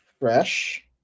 fresh